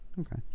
Okay